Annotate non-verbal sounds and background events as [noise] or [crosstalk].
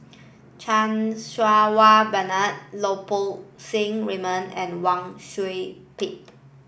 Chan [unintelligible] Wah Bernard Lau Poo Seng Raymond and Wang Sui Pick